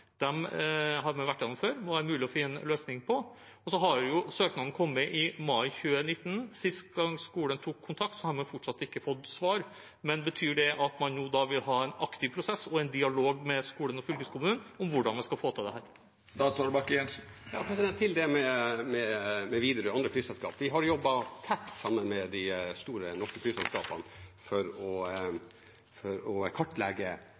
mulig å finne en løsning på. Søknaden kom i mai 2019. Sist gang skolen tok kontakt, hadde man fortsatt ikke fått svar. Betyr det nå at man vil ha en aktiv prosess og en dialog med skolen og fylkeskommunen om hvordan man skal få til dette? Når det gjelder Widerøe og andre flyselskap, har vi jobbet tett sammen med de store norske flyselskapene for å kartlegge hvilke behov det er for teknikere, piloter og flyteknisk personell framover, for på den måten å